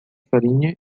farinha